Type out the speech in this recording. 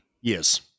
Yes